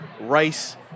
rice